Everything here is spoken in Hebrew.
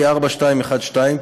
פ/4212/20,